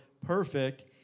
perfect